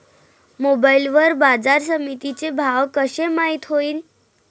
Mobile वर बाजारसमिती चे भाव कशे माईत होईन?